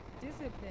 Discipline